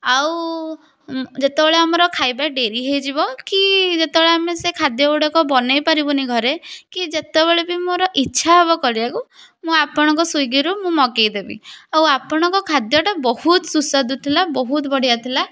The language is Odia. ଆଉ ଯେତେବେଳେ ଆମର ଖାଇବା ଡେରି ହୋଇଯିବ କି ଯେତେବେଳେ ଆମେ ସେ ଖାଦ୍ୟଗୁଡ଼ାକ ବନେଇ ପାରିବୁନି ଘରେ କି ଯେତେବେଳେ ବି ମୋର ଇଛା ହେବ କରିବାକୁ ମୁଁ ଆପଣଙ୍କ ସ୍ଵିଗିରୁ ମୁଁ ମଗେଇଦେବି ଆଉ ଆପଣଙ୍କ ଖାଦ୍ୟଟା ବହୁତ ସୁସ୍ୱାଦୁ ଥିଲା ବହୁତ ବଢ଼ିଆ ଥିଲା